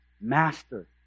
Master